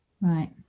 right